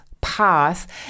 path